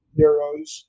euros